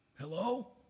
Hello